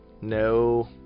No